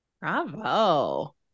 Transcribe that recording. Bravo